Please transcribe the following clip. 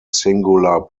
singular